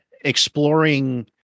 exploring